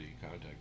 Contact